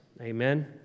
Amen